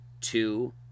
Two